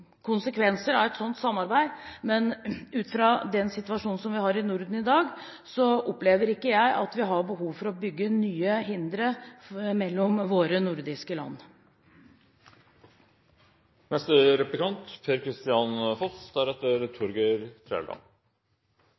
konsekvenser av et sånt samarbeid. Men ut fra den situasjonen vi har i Norden i dag, opplever ikke jeg at vi har behov for å bygge nye hindre mellom våre nordiske